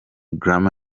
grammy